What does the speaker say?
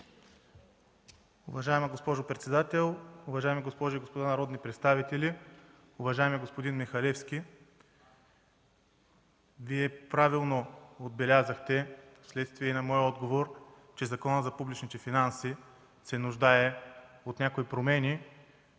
Уважаема госпожо председател, уважаеми госпожи и господа народни представители, уважаеми господин Михалевски! Вие правилно отбелязахте, вследствие на моя отговор, че Законът за публичните финанси се нуждае от някои промени